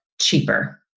cheaper